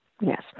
Yes